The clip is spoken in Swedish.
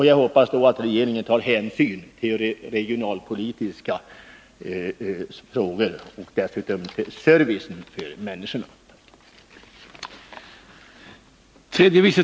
Jag hoppas att regeringen då tar hänsyn till de regionalpolitiska aspekterna och dessutom till servicen för de människor som berörs.